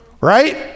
right